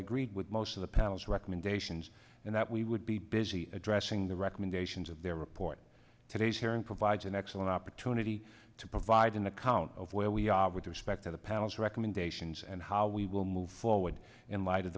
agreed with most of the panel's recommendations and that we would be busy addressing the recommendations of their report today's hearing provides an excellent opportunity to provide an account of where we are with respect panel's recommendations and how we will move forward in light of